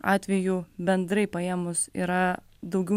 atvejų bendrai paėmus yra daugiau